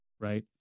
Right